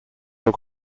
your